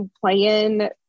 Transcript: playing